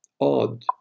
odd